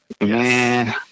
man